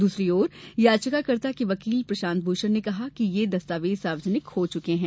दूसरी ओर याचिकाकर्ता के वकील प्रशांत भूषण ने कहा कि यह दस्तावेज सार्वजनिक हो चुके हैं